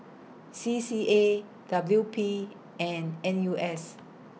C C A W P and N U S